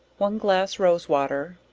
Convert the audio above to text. one glass rose water,